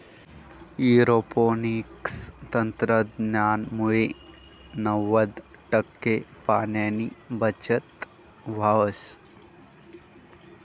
aeroponics तंत्रज्ञानमुये नव्वद टक्का पाणीनी बचत व्हस